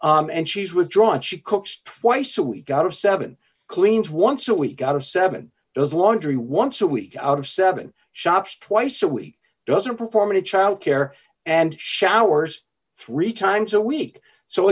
and she's withdrawn she cooks twice a week out of seven cleans once a week out of seven does laundry once a week out of seven shops twice a week doesn't perform any childcare and showers three times a week so